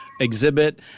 Exhibit